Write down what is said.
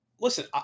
listen